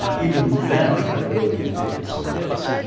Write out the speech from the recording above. ah even then, our credibility had taken some hits,